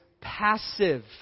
passive